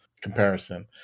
comparison